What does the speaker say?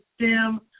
STEM